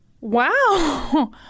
Wow